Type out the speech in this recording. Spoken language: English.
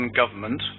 government